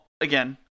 again